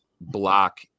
block